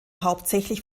hauptsächlich